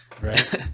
right